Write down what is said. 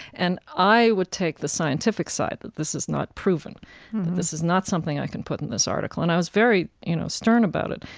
and i would take the scientific side that this is not proven, that this is not something i can put in this article. and i was very, you know, stern about it.